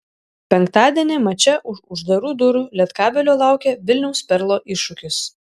penktadienį mače už uždarų durų lietkabelio laukia vilniaus perlo iššūkis